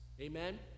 Amen